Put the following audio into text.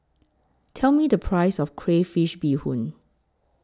Tell Me The Price of Crayfish Beehoon